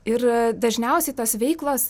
ir dažniausiai tos veiklos